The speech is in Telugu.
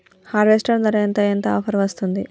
హార్వెస్టర్ ధర ఎంత ఎంత ఆఫర్ వస్తుంది?